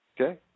Okay